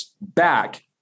back